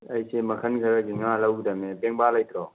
ꯑꯩꯁꯦ ꯃꯈꯜ ꯈꯔꯒꯤ ꯉꯥ ꯂꯧꯒꯗꯕꯅꯦ ꯄꯦꯡꯕꯥ ꯂꯩꯇ꯭ꯔꯣ